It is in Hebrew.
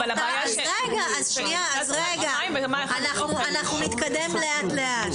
אנחנו נתקדם לאט לאט.